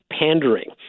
pandering